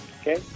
Okay